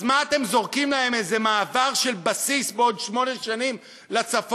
אז מה אתם זורקים להם: איזה מעבר של בסיס בעוד שמונה שנים לצפון,